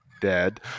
dead